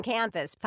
Campus